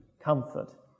comfort